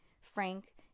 frank